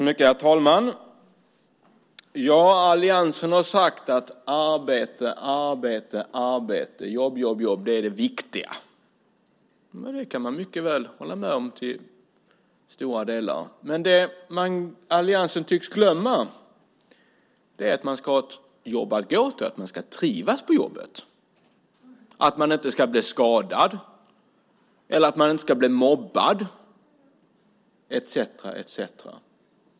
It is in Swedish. Herr talman! Alliansen har sagt att jobb, jobb, jobb är det viktiga. Det kan jag i stora delar mycket väl hålla med om. Men det som alliansen tycks glömma är att man ska ha ett jobb att gå till, att man ska trivas på jobbet, att man inte ska bli skadad, att man inte ska bli mobbad etcetera.